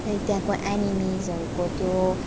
है त्यहाँको एनिमिसहरूको त्यो